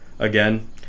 Again